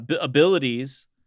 abilities